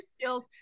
skills